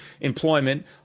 employment